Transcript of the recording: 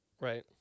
Right